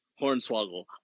Hornswoggle